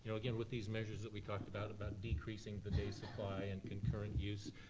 you know again, with these measures that we talked about, about decreasing the days' supply and concurrent use,